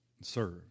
serve